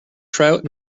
trout